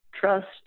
trust